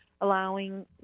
allowing